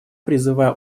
призываю